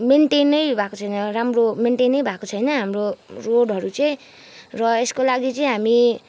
मेन्टेनै भएको छैन राम्रो मेन्टेनै भएको छैन हाम्रो रोडहरू चाहिँ र यसको लागि चाहिँ हामी